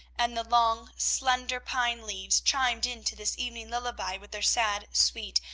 and the long, slender pine-leaves chimed into this evening lullaby with their sad, sweet,